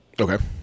Okay